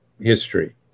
history